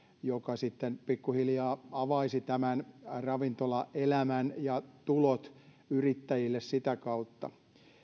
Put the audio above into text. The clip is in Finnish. joka sitten pikkuhiljaa avaisi tämän ravintolaelämän ja tulot yrittäjille sitä kautta